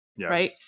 right